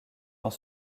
dans